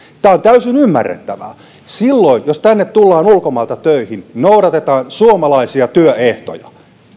tämä on täysin ymmärrettävää silloin jos tänne tullaan ulkomailta töihin noudatetaan suomalaisia työehtoja